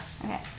Okay